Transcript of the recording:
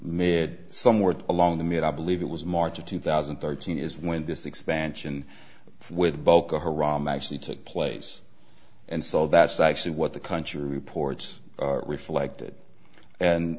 mid somewhere along the mid i believe it was march of two thousand and thirteen is when this expansion with boko haram actually took place and so that's actually what the country reports reflected and